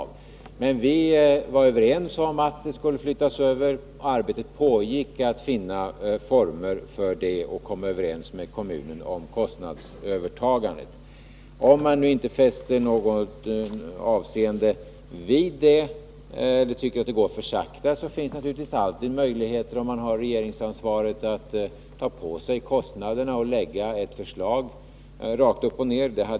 Vi var dock överens om att tillsynen skulle flyttas över och om att man skulle arbeta för att finna former för detta och för att komma överens med kommunerna om kostnadsövertagandet. Om man inte fäster något avseende vid det eller tycker att överförandet går för sakta, återstår ju för dem som har regeringsansvaret möjligheten att lägga fram ett direkt förslag, som innebär att man tar på sig kostnaderna för detta.